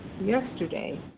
yesterday